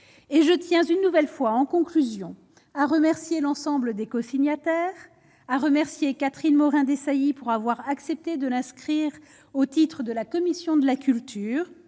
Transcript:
et je tiens une nouvelle fois en conclusion à remercier l'ensemble des cosignataires à remercier Catherine Morin-Desailly pour avoir accepté de l'inscrire au titre de la commission de la culture